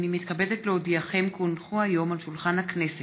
מתכבדת להודיעכם, כי הונחו היום על שולחן הכנסת,